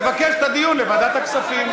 זה היה בוועדת הכספים.